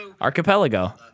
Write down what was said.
Archipelago